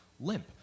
limp